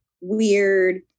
weird